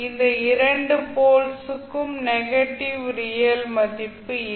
இந்த இரண்டு போல்ஸ் க்கும் நெகட்டிவ் ரியல் மதிப்பு இல்லை